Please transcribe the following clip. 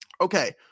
okay